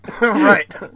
Right